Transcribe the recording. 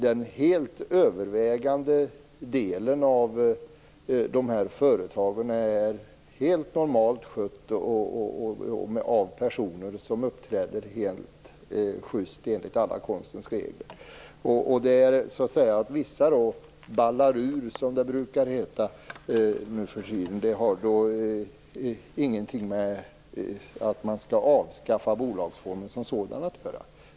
Den helt övervägande delen av företagen är ju normalt skötta av personer som uppträder helt schyst enligt konstens alla regler. Att vissa ballar ur, som det brukar heta nu för tiden, har ingenting med avskaffande av bolagsformen som sådan att göra.